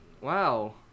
Wow